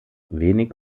wenig